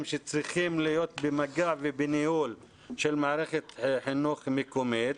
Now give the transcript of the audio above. שצריכים להיות במגע ובניהול של מערכת חינוך מקומית.